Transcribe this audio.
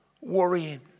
worrying